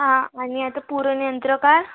हां आणि आता पुरण यंत्र काढ